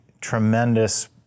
tremendous